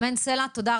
אנחנו נגיע